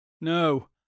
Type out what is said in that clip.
No